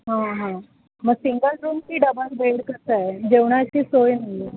हा हा मग सिंगल रूम की डबल बेड कसं आहे जेवणाची सोय नाही आहे